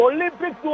Olympic